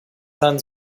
sein